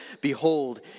Behold